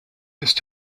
ist